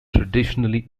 traditionally